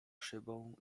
szybą